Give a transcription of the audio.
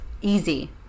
easy